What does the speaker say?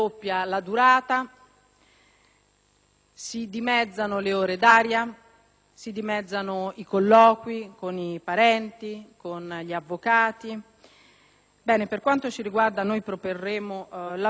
si dimezzano le ore d'aria, si dimezzano i colloqui con i parenti e con gli avvocati. Per quanto ci riguarda, noi proporremo l'abrogazione.